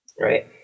Right